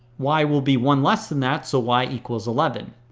y will be one less than that, so y equals eleven.